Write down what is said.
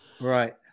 Right